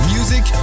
Music